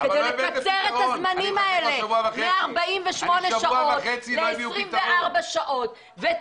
לקצר את הזמנים האלה מ-48 שעות ל-24 שעות ואת